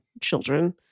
children